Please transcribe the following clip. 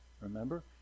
remember